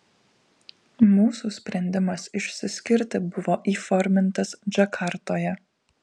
mūsų sprendimas išsiskirti buvo įformintas džakartoje